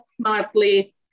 smartly